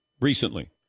recently